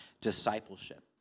discipleship